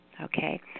Okay